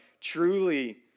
Truly